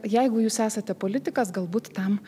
jeigu jūs esate politikas galbūt tam